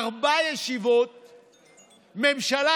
ארבע ישיבות ממשלה.